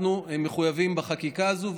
אנחנו מחויבים בחקיקה הזאת.